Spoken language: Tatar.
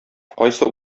кайсы